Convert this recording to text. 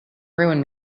ruin